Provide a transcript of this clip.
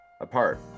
apart